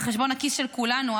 על חשבון הכיס של כולנו,